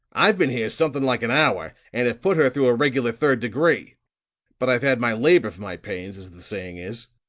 i've been here something like an hour and have put her through a regular third degree but i've had my labor for my pains, as the saying is.